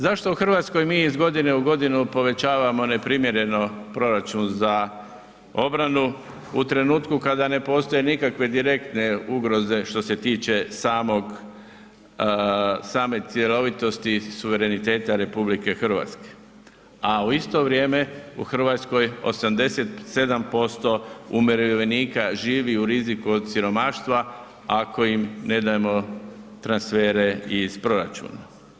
Zašto u Hrvatskoj mi iz godine u godinu povećamo neprimjereno proračun za obranu u trenutku kada ne postoje nikakve direktne ugroze što se tiče same cjelovitosti i suvereniteta RH a u istro vrijeme u Hrvatskoj 87% umirovljenika živi u riziku od siromaštva ako im ne dajemo transfere iz proračuna.